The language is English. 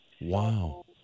Wow